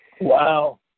wow